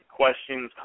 questions